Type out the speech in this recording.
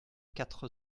quatre